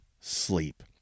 sleep